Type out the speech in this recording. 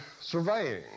surveying